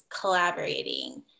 collaborating